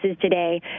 today